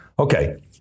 Okay